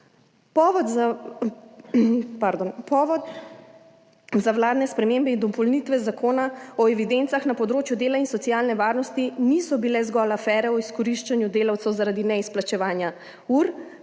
Povod za vladne spremembe in dopolnitve Zakona o evidencah na področju dela in socialne varnosti niso bile zgolj afere o izkoriščanju delavcev, zaradi neizplačevanja ur,